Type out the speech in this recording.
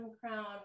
crown